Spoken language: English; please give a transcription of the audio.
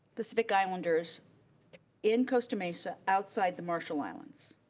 pacific islanders in costa mesa outside the marshall islands.